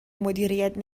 مدیریت